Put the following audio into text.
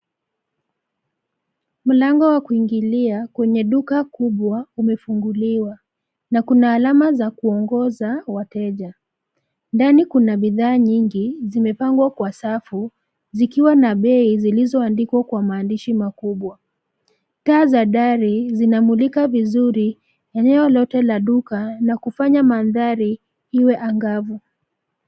Mlango wa kuingilia kwenye duka kubwa umefufunguliwa na kuna alama za kuwaongoza wateja. Ndani kuna bidhaa nyingi zimepangwa kwa safu zikiwa na bei zilizoandikwa kwa maandishi makubwa. Taa za dari zinamulika vizuri eneo lote la duka na kufanya mandhari iwe angavu.